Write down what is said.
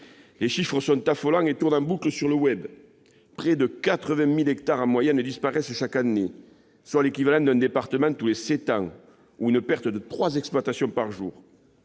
Les chiffres sont affolants et tournent en boucle sur le : près de 80 000 hectares disparaissent, en moyenne, chaque année, soit l'équivalent d'un département tous les sept ans ou une perte de trois exploitations par jour.